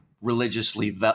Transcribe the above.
religiously